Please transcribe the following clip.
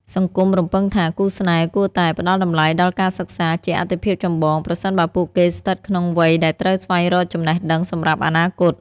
សង្គមរំពឹងថា គូស្នេហ៍គួរតែ "ផ្ដល់តម្លៃដល់ការសិក្សា" ជាអាទិភាពចម្បង ប្រសិនបើពួកគេស្ថិតក្នុងវ័យដែលត្រូវស្វែងរកចំណេះដឹងសម្រាប់អនាគត។